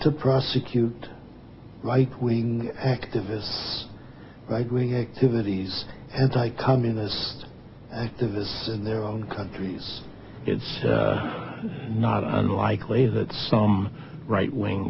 to prosecute right wing activists right wing activities hentai communist activists in their own countries it's not unlikely that some right wing